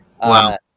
Wow